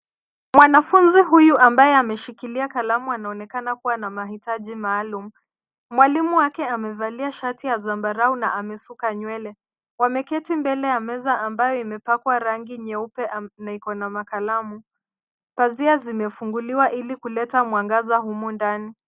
Mwanafunzi huyu ambaye ameshikilia kalamu anaonekana kua na mahitaji maalum. Mwalimu wake amevalia shati ya zambarau na amesuka nywele. Wameketi mbele ya meza ambayo imepakwa rangi nyeupe na iko na makalamu. Pazia zimefunguliwa ili kuleta mwangaza humu ndani.